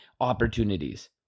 opportunities